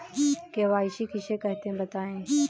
KYC किसे कहते हैं बताएँ?